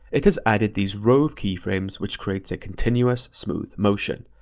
it has added these rove keyframes which creates a continuous smooth motion,